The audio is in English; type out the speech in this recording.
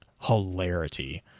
hilarity